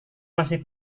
masih